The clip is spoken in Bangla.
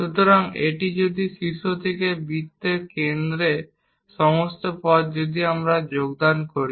সুতরাং এটি যদি শীর্ষ থেকে বৃত্তের কেন্দ্রে সমস্ত পথ যদি আমরা যোগদান করি